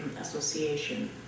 association